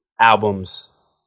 albums